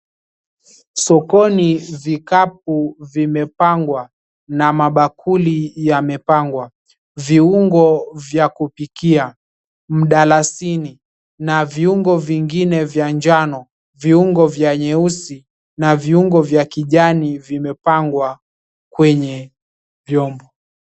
Sokoni vikapu vimepangwa na mabakuli yamepangwa viungo vya kupikia, mdalasini na viungo vingine vya njano, viungo vya nyeusi, na viungo vya kijani vimepangwa kwenye vyombo.